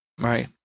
Right